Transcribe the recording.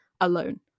alone